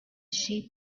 sheep